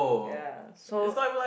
ya so